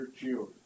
children